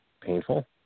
painful